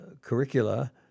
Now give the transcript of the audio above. curricula